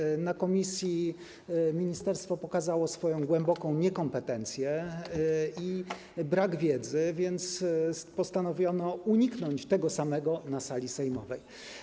Na posiedzeniu komisji ministerstwo pokazało swoją głęboką niekompetencję i brak wiedzy, więc postanowiono uniknąć tego samego na sali sejmowej.